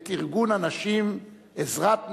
את ארגון הנשים "עזרת נשים",